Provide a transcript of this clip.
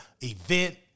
event